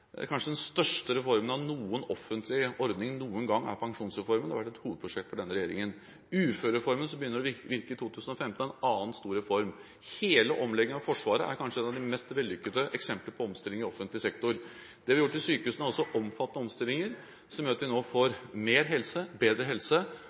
kanskje største reformen av noen offentlig ordning noen gang er pensjonsreformen. Den har vært et hovedprosjekt for denne regjeringen. Uførereformen, som begynner å virke i 2015, er en annen stor reform. Hele omleggingen av Forsvaret er kanskje et av de mest vellykkede eksempler på omstilling i offentlig sektor. Det vi har gjort i sykehusene, er også omfattende omstillinger som gjør at vi nå